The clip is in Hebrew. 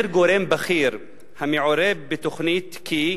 אומר גורם בכיר המעורה בתוכנית כי,